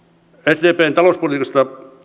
sdpn talousbudjetissa